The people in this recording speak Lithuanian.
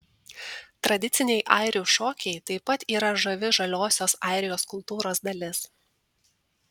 tradiciniai airių šokiai taip pat yra žavi žaliosios airijos kultūros dalis